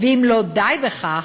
ואם לא די בכך,